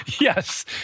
Yes